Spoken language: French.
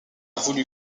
voulu